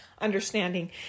understanding